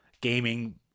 gaming